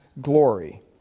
glory